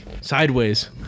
Sideways